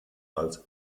als